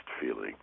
feeling